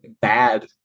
bad